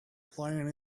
playing